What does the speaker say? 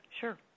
Sure